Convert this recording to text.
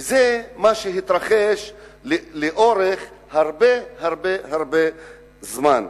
וזה מה שהתרחש לאורך הרבה הרבה הרבה זמן.